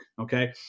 okay